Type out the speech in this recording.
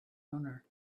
honor